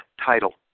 title